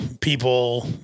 people